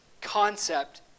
concept